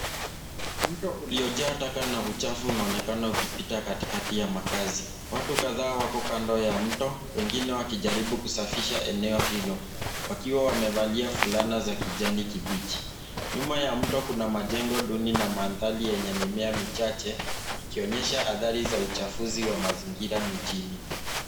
Mto uliojaa taka na uchafu unaonekana ukipita katikati ya makazi. Watu kadhaa wako kando ya mto wengine wakijaribu kusafisha eneo hilo wakiwa wamevalia fulana za kijani kibichi. Nyuma ya mto kuna majengo duni na mandhari yenye mimea michache ikionyesha athari za uchafuzi wa mazingira mijini.